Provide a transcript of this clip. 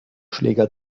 schläger